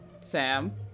Sam